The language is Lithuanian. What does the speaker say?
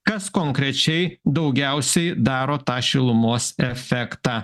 kas konkrečiai daugiausiai daro tą šilumos efektą